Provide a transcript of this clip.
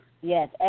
Yes